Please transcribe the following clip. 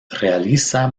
realiza